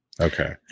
Okay